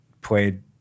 played